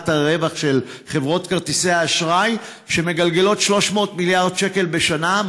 עמלת הרווח של חברות כרטיסי האשראי שמגלגלות 300 מיליארד שקלים בשנה,